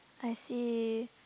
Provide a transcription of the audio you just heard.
I see